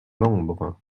membres